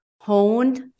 honed